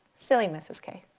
silly mrs. kay.